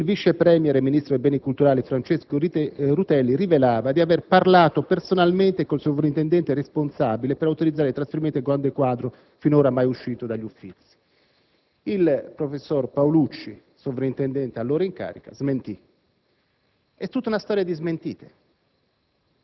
il vice *premier* e ministro per i beni culturali Francesco Rutelli rivelava di avere parlato personalmente con il sovrintendente responsabile per autorizzare il trasferimento del grande quadro finora mai uscito dagli Uffizi. Il professor Paolucci, sovrintendente allora in carica, smentì. È tutta una storia di smentite.